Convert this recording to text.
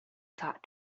thought